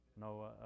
No